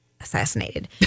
assassinated